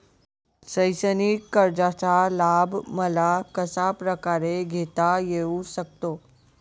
शैक्षणिक कर्जाचा लाभ मला कशाप्रकारे घेता येऊ शकतो?